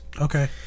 okay